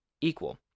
equal